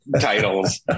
titles